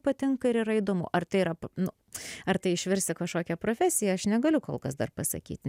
patinka ir yra įdomu ar tai yra p nu ar tai išvirs į kažkokią profesiją aš negaliu kol kas dar pasakyt